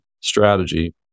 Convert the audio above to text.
strategy